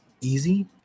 easy